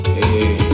Hey